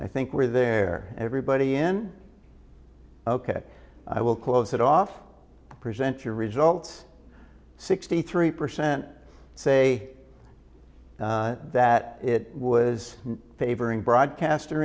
i think we're there everybody in ok i will close it off to present your results sixty three percent say that it was favoring broadcaster